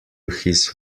his